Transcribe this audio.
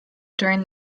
during